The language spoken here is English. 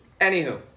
Anywho